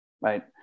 Right